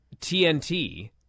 TNT